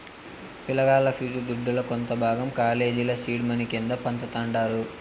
పిలగాల్ల ఫీజు దుడ్డుల కొంత భాగం కాలేజీల సీడ్ మనీ కింద వుంచతండారు